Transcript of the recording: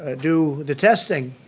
ah do the testing.